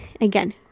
again